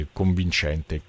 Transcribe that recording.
convincente